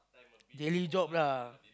jelly job lah